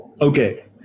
Okay